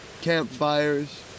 campfires